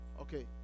okay